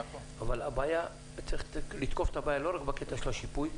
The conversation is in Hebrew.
אבל צריך לתקוף את הבעיה רק בקטע של השיפוי,